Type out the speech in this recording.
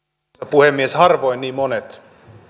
puhemies harvoin niin monet